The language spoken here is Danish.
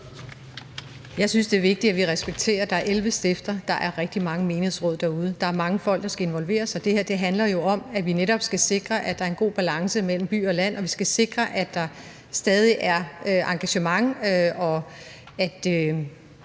Jeg synes, det er vigtigt, at vi respekterer, at der er 11 stifter, og at der er rigtig mange menighedsråd derude. Der er mange folk, der skal involveres, og det her handler jo om, at vi netop skal sikre, at der er en god balance mellem by og land, og at vi skal sikre, at der stadig er engagement, og at